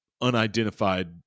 unidentified